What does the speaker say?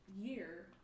year